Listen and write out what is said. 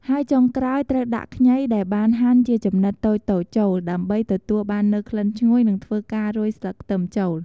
ហើយចុងក្រោយ ត្រូវដាក់ខ្ងីដែលបានហាន់ជាចំនិតតូចៗចូល ដើម្បីទទួលបាននូវក្លិនឈ្ងុយ និងធ្វើការរោយស្លឹកខ្ទឹមចូល។